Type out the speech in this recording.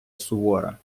сувора